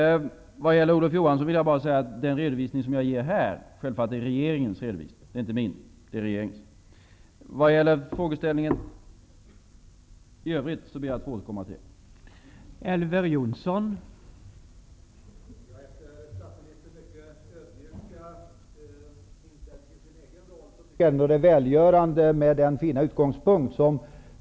När det gäller Olof Johansson vill jag säga att den redovisning som jag ger här självfallet är regeringens redovisning, den är inte min. Beträffande frågeställningen i övrigt ber jag att få återkomma till den senare.